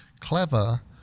clever